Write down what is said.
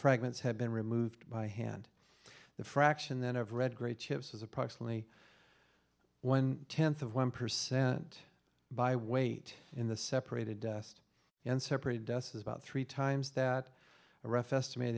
fragments had been removed by hand the fraction then i've read great chips is approximately one tenth of one percent by weight in the separated dust in separate dust is about three times that a rough estimate